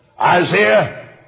Isaiah